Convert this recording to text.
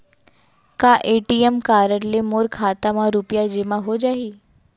का ATM card ले मोर खाता म रुपिया जेमा हो जाही?